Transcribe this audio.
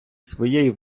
своєю